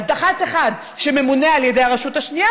אז דח"צ אחד שממונה על ידי הרשות השנייה